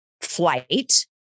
flight